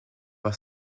par